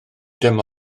dyma